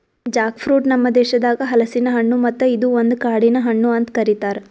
Jack fruit ನಮ್ ದೇಶದಾಗ್ ಹಲಸಿನ ಹಣ್ಣು ಮತ್ತ ಇದು ಒಂದು ಕಾಡಿನ ಹಣ್ಣು ಅಂತ್ ಕರಿತಾರ್